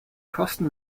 kosten